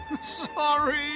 Sorry